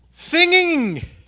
singing